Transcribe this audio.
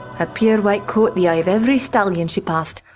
her pure white coat the eye every stallion she passed,